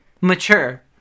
mature